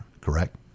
correct